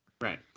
Right